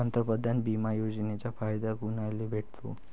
पंतप्रधान बिमा योजनेचा फायदा कुनाले भेटतो?